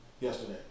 Yesterday